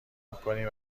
میکنیم